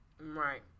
Right